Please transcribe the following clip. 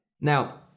Now